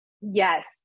Yes